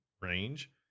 range